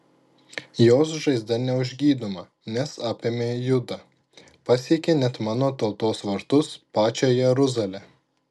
jos žaizda neužgydoma nes apėmė judą pasiekė net mano tautos vartus pačią jeruzalę